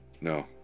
No